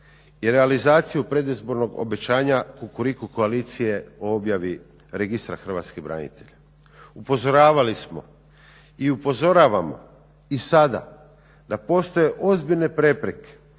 i realizaciju predizbornog obećanja Kukuriku koalicije o objavi registra hrvatskih branitelja. Upozoravali smo i upozoravamo i sada da postoje ozbiljne prepreke